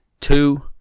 two